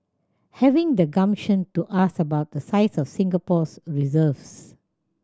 having the gumption to ask about the size of Singapore's reserves